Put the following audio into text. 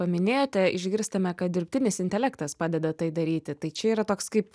paminėjote išgirstame kad dirbtinis intelektas padeda tai daryti tai čia yra toks kaip